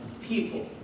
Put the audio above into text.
people